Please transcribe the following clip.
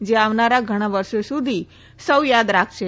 જે આવનાર ઘણા વર્ષો સુધી સૌને થાદ રખાશે